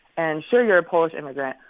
and, sure, you're a polish immigrant.